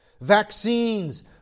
vaccines